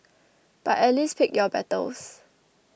but at least pick your battles